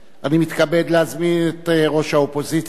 אני מתכבד להזמין את ראש האופוזיציה